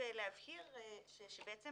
להבהיר שבעצם